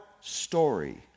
story